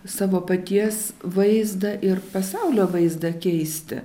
savo paties vaizdą ir pasaulio vaizdą keisti